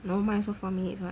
no mine also four minutes [what]